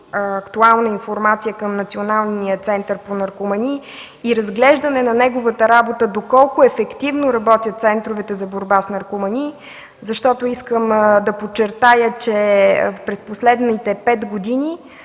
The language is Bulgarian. актуална информация към Националния център по наркомании и разглеждане на неговата работа доколко ефективно работят центровете за борба с наркомании. Искам да подчертая, че през последните пет години